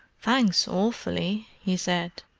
thanks, awfully, he said.